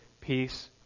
peace